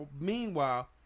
Meanwhile